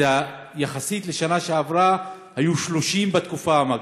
יחסית לשנה שעברה, היו 30 בתקופה המקבילה.